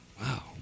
Wow